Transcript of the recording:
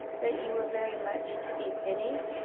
that you were very much to be pitied.